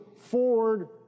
forward